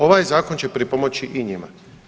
Ovaj zakon će pripomoći i njima.